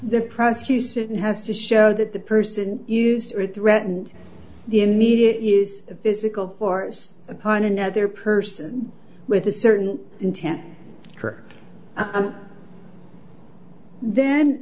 the prosecution has to show that the person used or threatened the immediate use of physical force upon another person with a certain intent or then